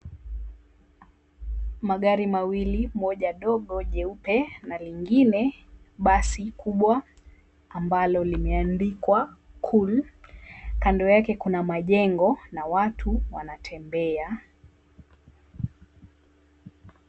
Magari mawili moja dogo jeupe na lingine basi kubwa ambalo limeandikwa, Cool kando yake, kuna majengo na watu wanatembea.